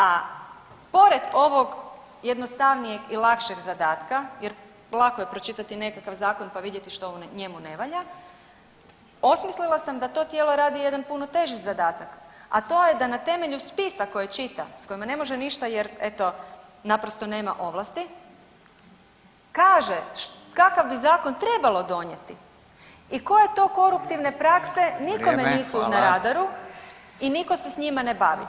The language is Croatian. A pored ovog jednostavnijeg i lakšeg zadatka jer lako je pročitati nekakav zakon pa vidjeti što u njemu ne valja, osmislila sam da to tijelo radi jedan puno teži zadatak, a to je da na temelju spisa koje čita, s kojima ne može ništa jer eto naprosto nema ovlasti kaže kakav bi zakon trebalo donijeti i koje to koruptivne prakse nikome [[Upadica Radin: vrijeme, hvala.]] nisu na radaru i niko se s njima ne bavi.